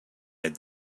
had